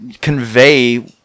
convey